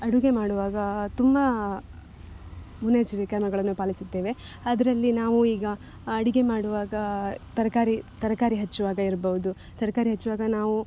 ಅಡುಗೆ ಮಾಡುವಾಗ ತುಂಬಾ ಮುನ್ನೆಚ್ಚರಿಕೆಗಳನ್ನ ಪಾಲಿಸುತ್ತೇವೆ ಆದರೆ ಅಲ್ಲಿ ನಾವು ಈಗ ಅಡುಗೆ ಮಾಡುವಾಗ ತರಕಾರಿ ತರಕಾರಿ ಹಚ್ಚುವಾಗ ಇರ್ಬೋದು ತರಕಾರಿ ಹಚ್ಚುವಾಗ ನಾವು